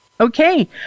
Okay